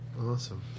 Awesome